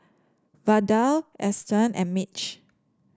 Vada Eston and Mitch